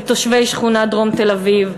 לתושבי שכונות דרום תל-אביב,